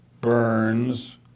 Burns